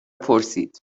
پرسید